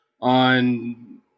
on